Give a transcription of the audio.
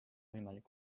võimalik